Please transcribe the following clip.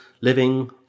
living